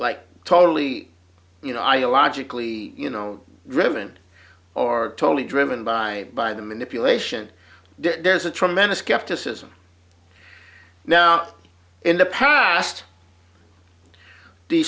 like totally you know ideologically you know driven or totally driven by by the manipulation there's a tremendous skepticism now in the past the